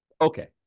okay